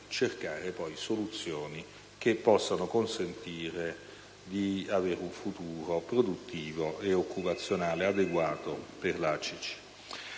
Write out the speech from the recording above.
cercare poi soluzioni che possano consentire di avere un futuro produttivo e occupazionale adeguato per la ACC.